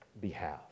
behalf